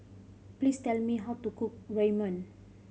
please tell me how to cook Ramyeon